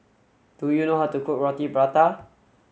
do you know how to cook Roti Prata